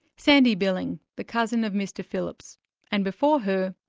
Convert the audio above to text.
sandy billing, the cousin of mr phillips and before her,